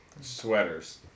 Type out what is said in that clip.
Sweaters